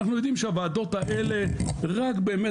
ואנחנו יודעים שהוועדות האלה רק באמת